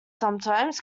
sometimes